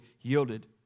yielded